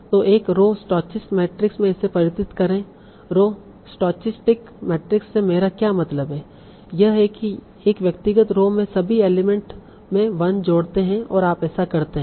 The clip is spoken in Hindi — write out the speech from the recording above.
तो एक रो स्टोचस्टिक मैट्रिक्स में इसे परिवर्तित करें रो स्टॉचस्टिक मैट्रिक्स से मेरा क्या मतलब है यह है कि एक व्यक्तिगत रो में सभी एलिमेंट में 1 जोड़ते हैं और आप ऐसा कैसे करते हैं